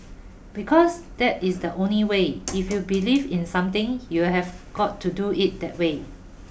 because that is the only way if you believe in something you'll have got to do it that way